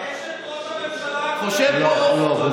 אשת ראש הממשלה הקודם לא פסיכולוגית?